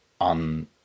on